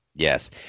Yes